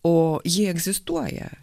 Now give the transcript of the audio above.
o ji egzistuoja